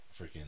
freaking